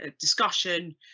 discussion